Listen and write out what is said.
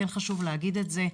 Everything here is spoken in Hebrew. כן חשוב להגיד את זה,